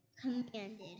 commanded